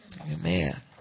Amen